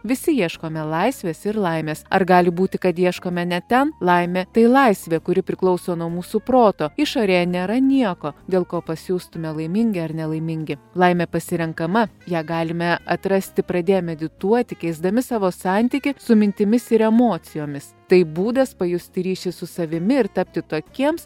visi ieškome laisvės ir laimės ar gali būti kad ieškome ne ten laimė tai laisvė kuri priklauso nuo mūsų proto išorėje nėra nieko dėl ko pasijaustumėme laimingi ar nelaimingi laimė pasirenkama ją galime atrasti pradėję medituoti keisdami savo santykį su mintimis ir emocijomis tai būdas pajusti ryšį su savimi ir tapti tokiems